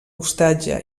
ostatge